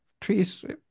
trees